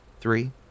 Three